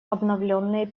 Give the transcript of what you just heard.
обновленные